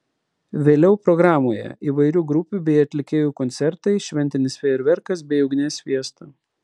vėliau programoje įvairių grupių bei atlikėjų koncertai šventinis fejerverkas bei ugnies fiesta